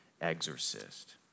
exorcist